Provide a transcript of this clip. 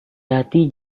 hati